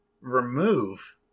remove